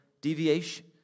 deviation